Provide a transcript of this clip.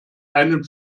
einen